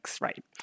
right